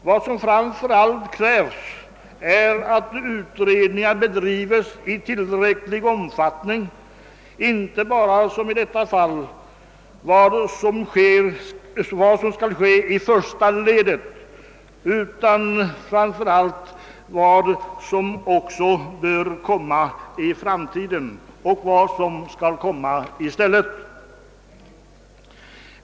Vad som framför allt krävs är att utredningar bedrivs i tillräcklig omfattning och inte bara — som i detta fall — beträffande vad som kan hända i första ledet. Man bör också framför allt utreda vad som skall komma i framtiden och vilka arbetstillfällen man kan erbjuda dem som blivit friställda.